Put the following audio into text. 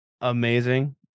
amazing